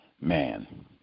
man